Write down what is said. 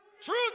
Truth